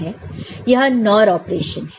यह NOR operation है